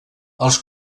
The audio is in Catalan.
els